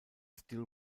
still